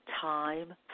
time